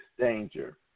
danger